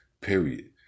period